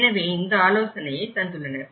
எனவே இந்த ஆலோசனையை தந்துள்ளனர்